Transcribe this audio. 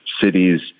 cities